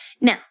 Now